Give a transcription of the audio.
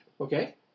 okay